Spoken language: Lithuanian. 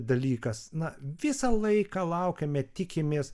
dalykas na visą laiką laukiame tikimės